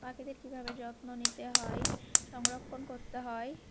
পাখিদের কীভাবে যত্ন নিতে হয় সংরক্ষণ করতে হয়